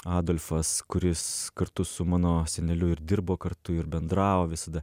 adolfas kuris kartu su mano seneliu ir dirbo kartu ir bendravo visada